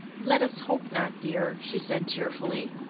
let us hope not, dear, she said cheerfully.